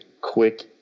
quick